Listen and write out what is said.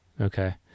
okay